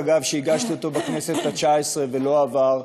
אגב שהגשתי אותו בכנסת התשע-עשרה והוא לא עבר.